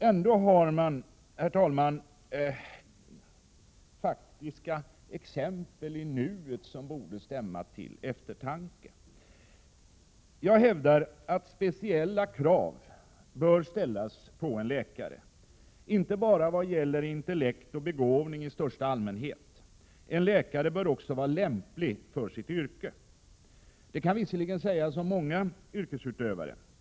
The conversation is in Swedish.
Ändå finns det, herr talman, faktiska exempel i nuet, som borde stämma till eftertanke. Jag hävdar att speciella krav bör ställas på en läkare, inte bara vad gäller intellekt och begåvning i största allmänhet. En läkare bör också vara lämplig för sitt yrke. Detta kan visserligen sägas om många yrkesutövare.